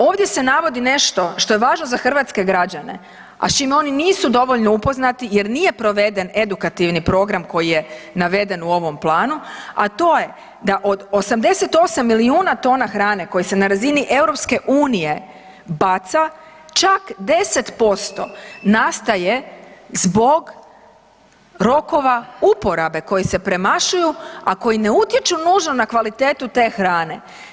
Ovdje se navodi nešto što je važno za hrvatske građane, a s čime oni nisu dovoljno upoznati jer nije proveden edukativni program koji je naveden u ovom planu, a to je da od 88 milijuna tona hrane koje se na razini EU baca čak 10% nastaje zbog rokova uporabe koji se premašuju, a koji ne utječu nužno na kvalitetu te hrane.